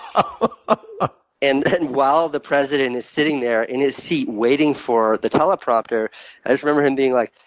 ah and and while the president is sitting there in his seat, waiting for the teleprompter i just remember him being like,